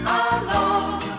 alone